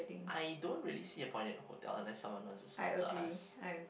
I don't really see a point in hotel unless someone wants to sponsor us